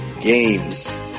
games